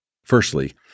firstly